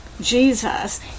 Jesus